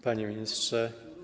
Panie Ministrze!